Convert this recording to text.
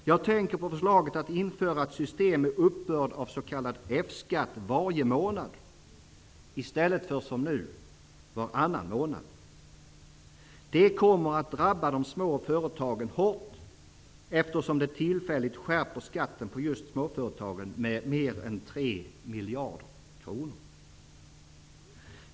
Jag tänker på förslaget att införa ett system med uppbörd av s.k. F-skatt varje månad i stället för som nu varannan månad. Det kommer att drabba de små företagen hårt eftersom det tillfälligt skärper skatten på just småföretagen med mer än 3 miljarder kronor.